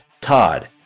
Todd